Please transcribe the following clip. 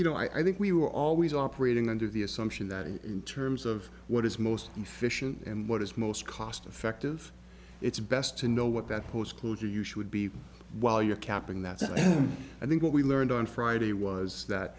you know i think we were always operating under the assumption that in terms of what is most the fish and what is most cost effective it's best to know what that post closure you should be while you're capping that so i think what we learned on friday was that